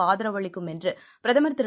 ஆதரவளிக்கும் என்றுபிரதமர் திரு